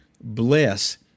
Bless